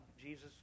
Jesus